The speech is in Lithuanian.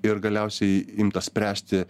ir galiausiai imta spręsti